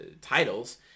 titles